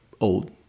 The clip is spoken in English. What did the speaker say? old